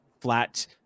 flat